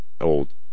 old